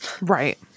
Right